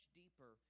deeper